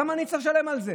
למה אני צריך לשלם על זה?